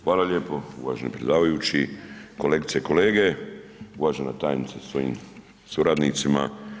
Hvala lijepo uvaženi predsjedavajući, kolegice i kolege, uvažena tajnice sa svojim suradnicima.